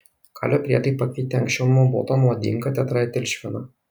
kalio priedai pakeitė anksčiau naudotą nuodingą tetraetilšviną